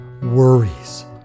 worries